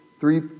three